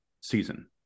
season